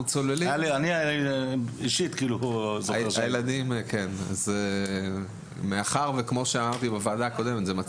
כמו שאמרתי בוועדה הקודמת מאחר שזהו